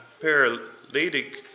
paralytic